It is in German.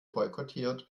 boykottiert